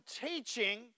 teaching